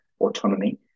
autonomy